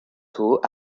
tôt